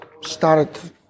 started